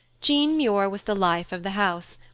jean muir was the life of the house,